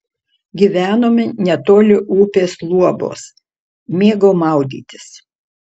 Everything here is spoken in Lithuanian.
gyvenome netoli upės luobos mėgau maudytis